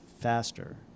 faster